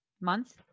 month